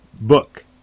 book